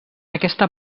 aquesta